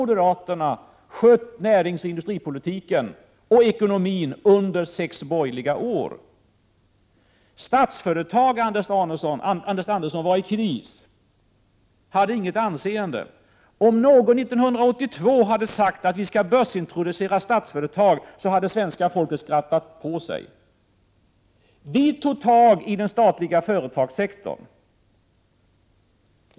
moderaterna, skött näringsoch industripolitiken samt ekonomin under de sex borgerliga åren. Statligt företagande, Anders Andersson, var i kris och hade inget anseende. Om någon 1982 hade sagt att vi skall börsintroducera statliga företag, hade svenska folket skrattat. Vi tog tag i de statliga företagen.